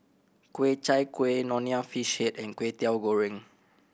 Ku Chai Kueh Nonya Fish Head and Kwetiau Goreng